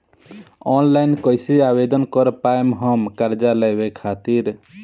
Online कइसे आवेदन कर पाएम हम कर्जा लेवे खातिर?